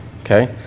okay